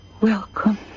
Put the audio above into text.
Welcome